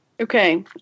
Okay